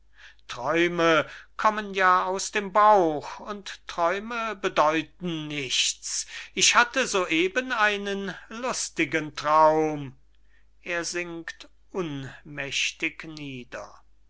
träume kommen ja aus dem bauch und träume bedeuten nichts ich hatte so eben einen lustigen traum